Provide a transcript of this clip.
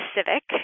Civic